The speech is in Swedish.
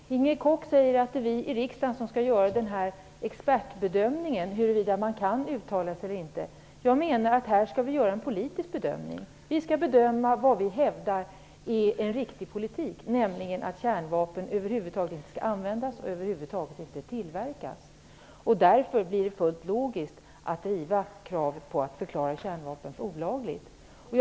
Fru talman! Inger Koch säger att vi i riksdagen skall göra expertbedömingen huruvida man kan uttala sig eller inte. Jag menar att här skall vi göra en politisk bedömning. Vi skall bedöma vad vi hävdar är en riktig ekonomisk politik, nämligen att kärnvapen över huvud taget inte skall användas och över huvud taget inte tillverkas. Därför blir det fullt logiskt att driva kravet på att förklara kärnvapen olagliga.